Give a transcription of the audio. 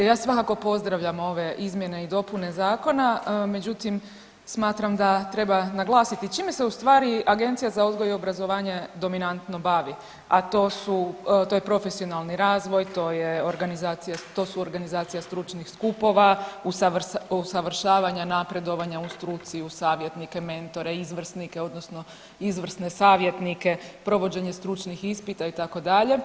Ja svakako pozdravljam ove izmjene i dopune zakona, međutim smatram da treba naglasiti čime se ustvari Agencija za odgoji i obrazovanje dominantno bavi, a to je profesionalni razvoj, to je organizacija, to su organizacije stručnih skupova, usavršavanja, napredovanja u struci u savjetnike, mentore, izvrsnike odnosno izvrsne savjetnike, provođenje stručnih ispita itd.